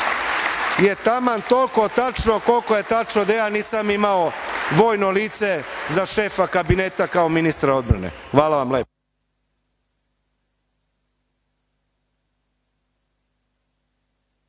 je taman toliko tačno koliko je tačno da ja nisam imao vojno lice za šefa kabineta kao ministra odbrane. Hvala lepo.